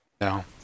No